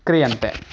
क्रियन्ते